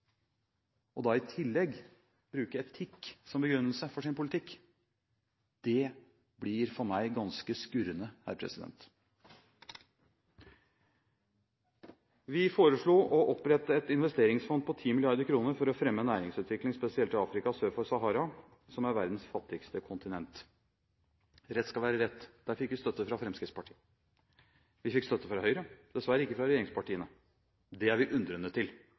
tillegg da å bruke etikk som begrunnelse for sin politikk, blir for meg ganske skurrende. Vi foreslo å opprette et investeringsfond på 10 mrd. kr for å fremme næringsutvikling, spesielt i Afrika sør for Sahara, som er verdens fattigste kontinent. Rett skal være rett – der fikk vi støtte fra Fremskrittspartiet. Vi fikk støtte fra Høyre, dessverre ikke fra regjeringspartiene. Det er vi undrende til.